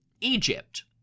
Egypt